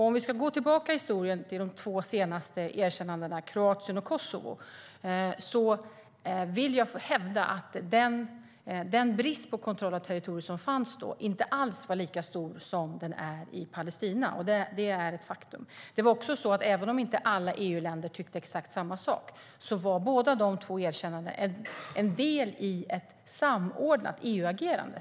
Om vi går tillbaka i historien till de två senaste erkännanden, Kroatien och Kosovo, hävdar jag att den brist på kontroll av territorier som fanns då inte alls var lika stor som den är i Palestina. Det är ett faktum. Även om inte alla EU-länder tyckte exakt samma sak var båda dessa erkännanden en del i ett samordnat EU-agerande.